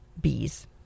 Bees